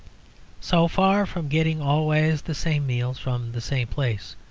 so far from getting always the same meals from the same place,